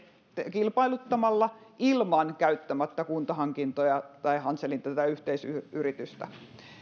kilpailuttamalla käyttämättä tätä kuntahankintojen ja hanselin yhteisyritystä